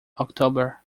october